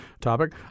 topic